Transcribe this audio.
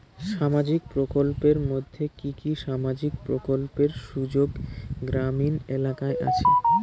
সামাজিক প্রকল্পের মধ্যে কি কি সামাজিক প্রকল্পের সুযোগ গ্রামীণ এলাকায় আসে?